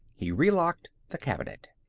he relocked the cabinet.